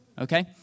okay